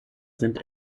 sind